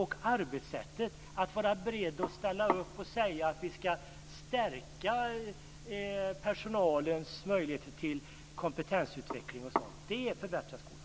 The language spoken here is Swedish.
Man måste också vara beredd att ställa upp för att stärka personalens möjligheter till kompetensutveckling. Det förbättrar skolan.